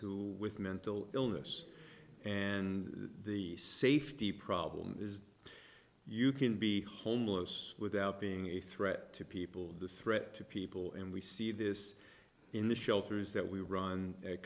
who with mental illness and the safety problem is you can be homeless without being a threat to people the threat to people and we see this in the shelters that we run